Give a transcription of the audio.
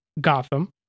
Gotham